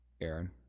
Aaron